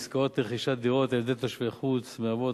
עסקאות לרכישת דירות על-ידי תושבי חוץ מהוות